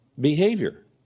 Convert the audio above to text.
behavior